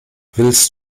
willst